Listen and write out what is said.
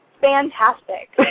Fantastic